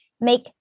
make